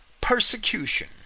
persecution